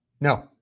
No